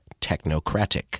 technocratic